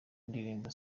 indirimbo